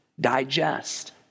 digest